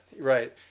right